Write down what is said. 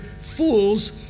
Fools